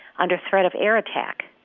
under threat of air attack,